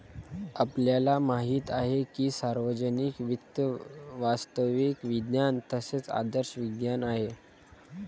आपल्याला माहित आहे की सार्वजनिक वित्त वास्तविक विज्ञान तसेच आदर्श विज्ञान आहे